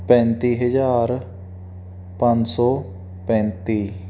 ਪੈਂਤੀ ਹਜ਼ਾਰ ਪੰਜ ਸੌ ਪੈਂਤੀ